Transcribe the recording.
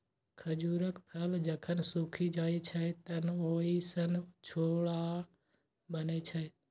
खजूरक फल जखन सूखि जाइ छै, तं ओइ सं छोहाड़ा बनै छै